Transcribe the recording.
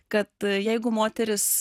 kad jeigu moteris